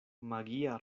magia